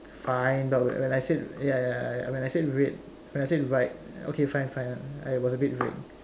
fine but when I said ya ya ya when I said red when I said right okay fine fine uh it was a bit red